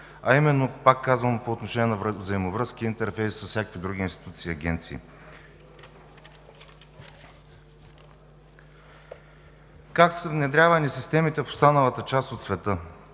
на Закона, пак казвам, именно по отношение на взаимовръзки и интерфейс с всякакви други институции и агенции. Как са внедрявани системите в останалата част от света,